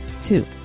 Two